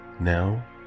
now